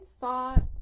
thought